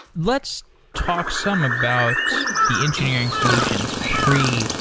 let's talk some about the engineering solutions pre-realm.